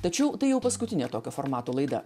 tačiau tai jau paskutinė tokio formato laida